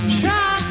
try